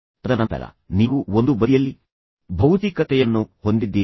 ತದನಂತರ ನೀವು ಒಂದು ಬದಿಯಲ್ಲಿ ಭೌತಿಕತೆಯನ್ನು ಹೊಂದಿದ್ದೀರಿ